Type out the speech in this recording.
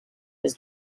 his